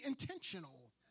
intentional